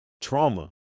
trauma